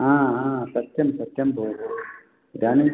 सत्यं सत्यं भोः इदानीं